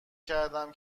کردم